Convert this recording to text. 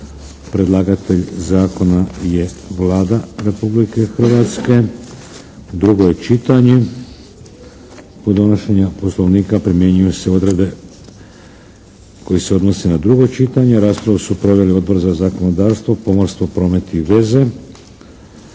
Predlagatelj zakona je Vlada Republike Hrvatske. Drugo je čitanje. Kod donošenja Poslovnika primjenjuju se odredbe koje se odnose na drugo čitanje. Raspravu su proveli Odbor za zakonodavstvo, pomorstvo, promet i veze.